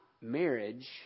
marriage